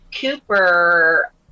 Cooper